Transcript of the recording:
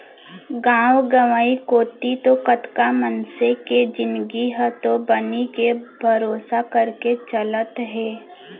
गांव गंवई कोती तो कतका मनसे के जिनगी ह तो बनी के भरोसा करके चलत हे